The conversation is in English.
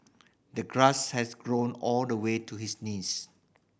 the grass has grown all the way to his knees